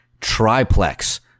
triplex